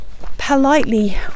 politely